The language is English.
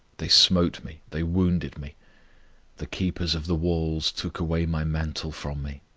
they smote me, they wounded me the keepers of the walls took away my mantle from me.